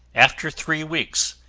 after three weeks,